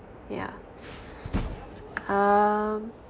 yeah um